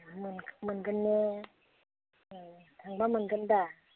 मोन मोनगोन ने थांबा मोनगोन दा